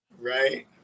Right